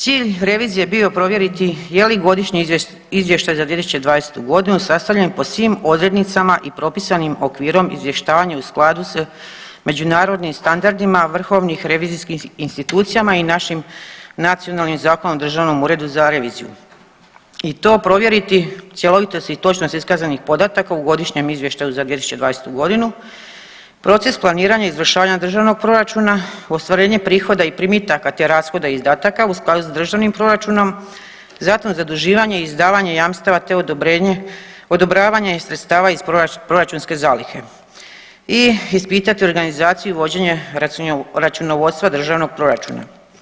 Cilj revizije je bio provjeriti je li godišnje izvješće za 2020. godinu sastavljen po svim odrednicama i propisanim okvirom izvještavanja u skladu sa međunarodnim standardima vrhovnim revizorskim institucijama i našim nacionalnim Zakonom o Državnom uredu za reviziju i to provjeriti cjelovito i točno iskazanih podataka u Godišnjem izvještaju za 2020. godinu proces planiranja i izvršavanja državnog proračuna, ostvarenje prihoda i primitaka te rashoda i izdataka u skladu sa državnim proračunom, zatim zaduživanje i izdavanje jamstava, te odobravanje sredstava iz proračunske zalihe i ispitati organizaciju i vođenje računovodstva državnog proračuna.